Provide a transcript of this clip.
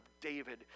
David